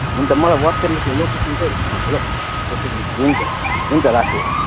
हुन्छ मलाई वाट्सएपमा त्यो लोकेसन चाहिँ अँ यो लोकेसन हुन्छ हुन्छ राखेँ हुन्छ